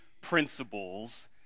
principles